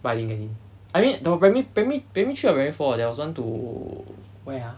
but I didn't get in I mean 懂我 primary primary primary three to primary four there was one to where ah